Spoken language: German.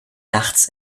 nachts